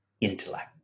intellect